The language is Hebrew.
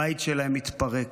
הבית שלהם התפרק.